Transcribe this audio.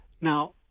Now